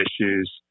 issues